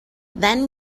then